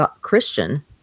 Christian